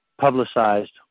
publicized